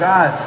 God